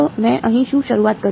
તો મેં અહીં શું શરૂઆત કરી